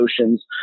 oceans